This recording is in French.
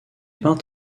peint